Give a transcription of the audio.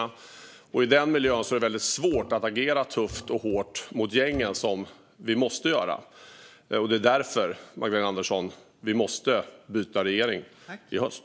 I ett sådant läge är det svårt att agera tufft och hårt mot gängen, vilket vi måste göra. Därför, Magdalena Andersson, måste vi byta regering i höst.